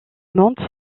mode